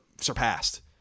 surpassed